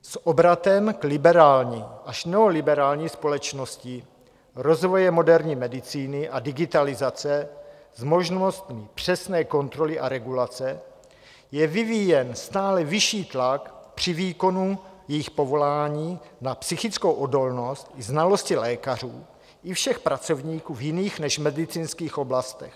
S obratem k liberální až neoliberální společnosti, rozvojem moderní medicíny a digitalizace s možnostmi přesné kontroly a regulace je vyvíjen stále vyšší tlak při výkonu jejich povolání na psychickou odolnost, znalosti lékařů i všech pracovníků v jiných než medicínských oblastech.